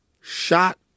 shot